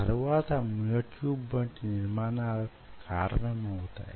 తరువాత myotube వంటి నిర్మాణాలకు కారణమౌతాయి